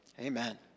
Amen